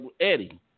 Eddie